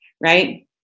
right